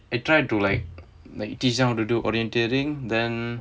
I tried to like like teach them how to do orienteering then